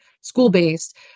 school-based